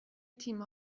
تیم